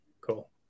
Cool